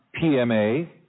pma